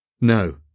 No